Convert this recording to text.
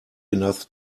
enough